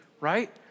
right